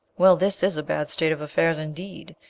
well, this is a bad state of affairs indeed,